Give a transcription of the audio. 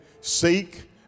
Seek